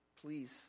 please